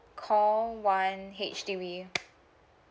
call one H_D_B